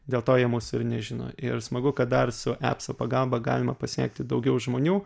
dėl to jie mūsų ir nežino ir smagu kad dar su epso pagalba galima pasiekti daugiau žmonių